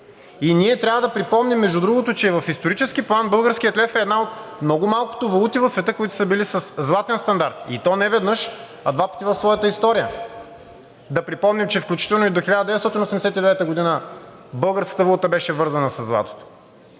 И трябва да припомним, между другото, че в исторически план българският лев е една от много малкото валути в света, които са били със златен стандарт, и то неведнъж, а два пъти в своята история. Да припомним, че включително и до 1989 г. българската валута беше вързана със златото.